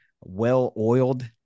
well-oiled